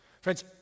Friends